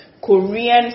Korean